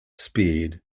speed